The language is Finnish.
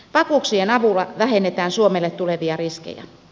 varkauksien avulla vähennetään suomelle tulevia riskejä